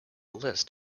list